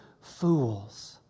fools